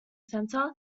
centre